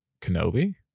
Kenobi